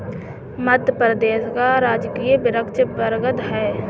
मध्य प्रदेश का राजकीय वृक्ष बरगद है